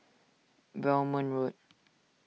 Belmont Road